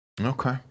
Okay